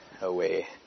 away